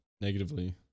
negatively